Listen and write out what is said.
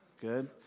Good